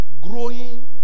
Growing